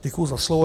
Děkuji za slovo.